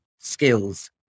skills